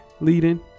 leading